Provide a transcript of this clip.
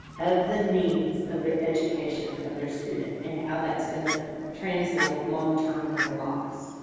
of the needs of their education of their student, and how that's going to translate long term in their lives.